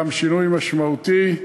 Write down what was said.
גם שינוי משמעותי,